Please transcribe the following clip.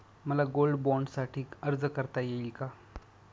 मला गोल्ड बाँडसाठी अर्ज करता येईल का?